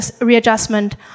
readjustment